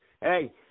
hey